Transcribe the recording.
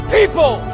People